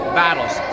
battles